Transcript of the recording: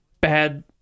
bad